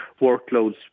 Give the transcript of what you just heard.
workloads